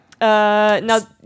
Now